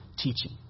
Teaching